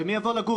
ומי יבוא לגור?